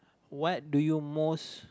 what do you most